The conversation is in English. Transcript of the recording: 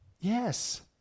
Yes